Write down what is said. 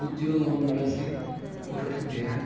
ಉದ್ಯೋಗವನ್ನು ಅರಸಿ ಹೊರಟಿದ್ದೇನೆ